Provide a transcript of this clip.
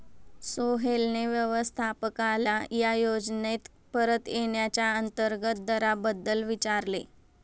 सोहेलने व्यवस्थापकाला या योजनेत परत येण्याच्या अंतर्गत दराबद्दल विचारले